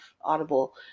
Audible